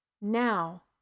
Now